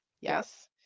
Yes